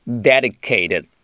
Dedicated